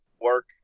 work